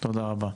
תודה רבה,